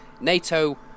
nato